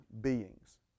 beings